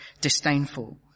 disdainful